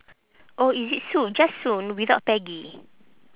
oh is it sue just sue without peggy